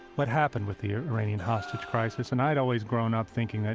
what happened with the iranian hostage crisis. and i'd always grown up thinking that,